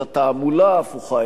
את התעמולה ההפוכה,